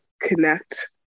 connect